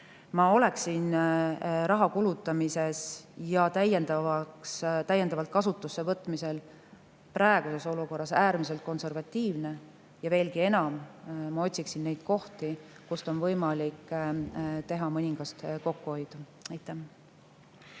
Ma oleksin raha kulutamises ja täiendavalt kasutusse võtmisel praeguses olukorras äärmiselt konservatiivne ja veelgi enam, ma otsiksin neid kohti, kus on võimalik teha mõningast kokkuhoidu. Aitäh